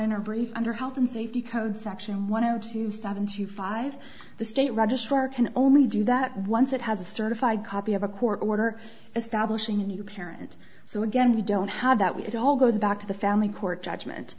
her brief under health and safety code section one hundred two seventy five the state registrar can only do that once it has a certified copy of a court order establishing a new parent so again we don't have that with it all goes back to the family court judgement